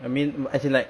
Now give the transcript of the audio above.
I mean as in like